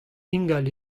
ingal